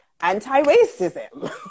anti-racism